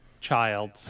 child